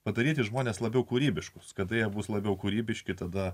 padaryti žmones labiau kūrybiškus kada jie bus labiau kūrybiški tada